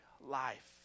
life